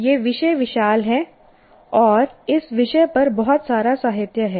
यह विषय विशाल है और इस विषय पर बहुत सारा साहित्य है